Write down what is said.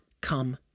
come